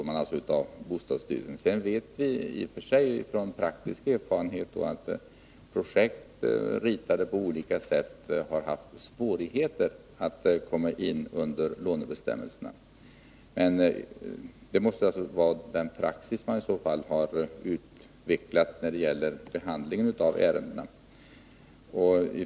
Men av praktisk erfarenhet vet vi att projekt ritade på olika sätt har haft svårigheter att komma in under lånebestämmelserna. Det måste bero på den praxis man utvecklat vid behandling av ärendena.